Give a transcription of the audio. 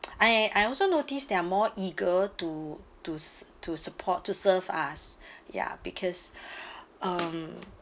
I I also noticed they are more eager to to to support to serve us ya because um